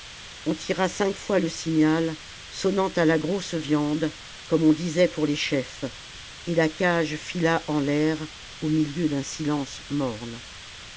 on tira cinq fois le signal sonnant à la grosse viande comme on disait pour les chefs et la cage fila en l'air au milieu d'un silence morne